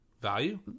value